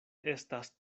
estas